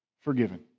forgiven